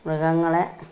മൃഗങ്ങളെ